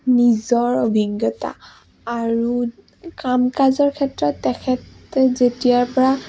নিজৰ অভিজ্ঞতা আৰু কাম কাজৰ ক্ষেত্ৰত তেখেতে যেতিয়াৰপৰা